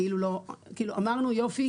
כאילו אמרנו: יופי,